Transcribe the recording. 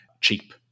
cheap